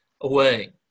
away